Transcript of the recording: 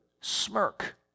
smirk